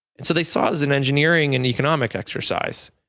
and they saw it as an engineering and economic exercise.